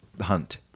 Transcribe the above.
hunt